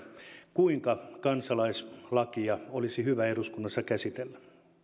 kuinka kansalaislakia olisi hyvä eduskunnassa käsitellä